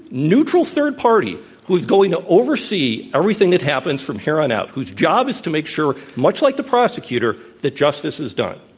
neutral third party who is going to oversee everything that happens from here on out, whose job is to make sure, much like the prosecutor, that justice is done.